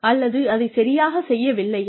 அல்லது அதைச் சரியாகச் செய்யவில்லையா